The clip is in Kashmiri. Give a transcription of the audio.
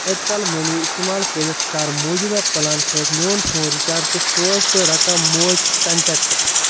اِیَرٹیٚل مٔنی استعمال کٔرِتھ کَر موٗجوٗدٕ پلانہٕ سۭتۍ میون فون رِچارٕج تہٕ سوز تی رقم موج کنٹیکٹَس